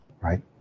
right